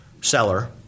seller